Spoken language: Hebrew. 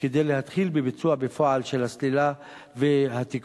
כדי להתחיל בביצוע בפועל של הסלילה והתיקונים.